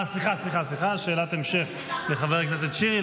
סליחה, שאלת המשך לחבר הכנסת שירי.